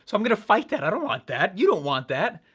so i'm gonna fight that, i don't want that. you don't want that.